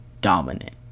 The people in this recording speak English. dominant